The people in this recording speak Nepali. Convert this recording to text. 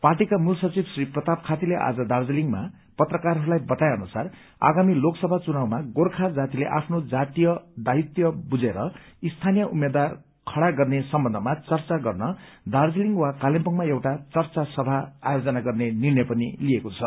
पार्टीका मूल सचिव श्री प्रताप खातीले आज दार्जीलिङमा पत्रकारहरूलाई बताए अनुसार आगामी लोकसभा चुनावमा गोर्खा जातिले आफ्नो जातीय दायित्व बुझेर स्थानीय उम्मेद्वार खड़ा गर्ने सम्बन्धमा चर्चा गर्न दार्जीलिङ वा कालेबुङमा एउटा चर्चा सभा आयोजन गर्ने निर्णय पनि लिएको छ